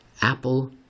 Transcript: Apple